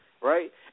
right